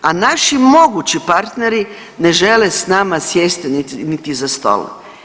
A naši mogući partneri ne žele s nama sjesti niti za stol.